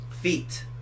feet